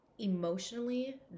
emotionally